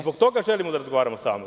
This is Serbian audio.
Zbog toga želim da razgovaramo sa vama.